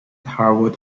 hardwood